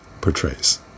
portrays